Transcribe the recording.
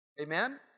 Amen